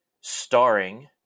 starring